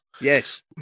yes